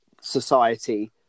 society